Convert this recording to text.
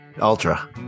Ultra